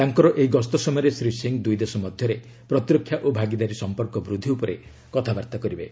ତାଙ୍କର ଏହି ଗସ୍ତ ସମୟରେ ଶ୍ରୀ ସିଂହ ଦୁଇଦେଶ ମଧ୍ୟରେ ପ୍ରତିରକ୍ଷା ଓ ଭାଗିଦାରୀ ସମ୍ପର୍କ ବୃଦ୍ଧି ଉପରେ କଥାବର୍ତ୍ତା କରିବେ